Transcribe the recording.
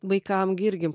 vaikam gi irgi